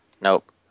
Nope